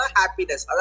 happiness